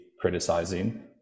criticizing